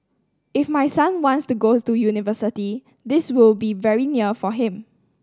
if my son wants to go to university this will be very near for him